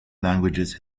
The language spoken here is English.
languages